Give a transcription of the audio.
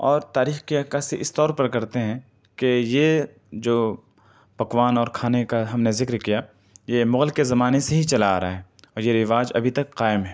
اور تاریخ کی عکاسی اس طور پر کرتے ہیں کہ یہ جو پکوان اور کھانے کا ہم نے ذکر کیا یہ مغل کے زمانے سے ہی چلا آرہا ہے اور یہ رواج ابھی تک قایم ہے